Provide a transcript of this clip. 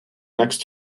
next